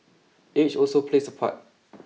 age also plays a part